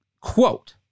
quote